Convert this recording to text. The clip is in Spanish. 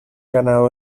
ganado